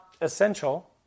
essential